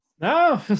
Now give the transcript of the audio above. No